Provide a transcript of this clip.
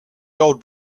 old